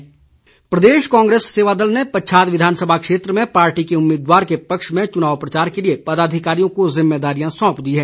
कांग्रेस सेवादल प्रदेश कांग्रेस सेवा दल ने पच्छाद विधानसभा क्षेत्र में पार्टी के उम्मीदवार के पक्ष में चुनाव प्रचार के लिए पदाधिकारियों को जिम्मेदारियां सौंप दी है